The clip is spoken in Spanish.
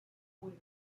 sports